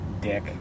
Dick